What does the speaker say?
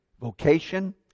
vocation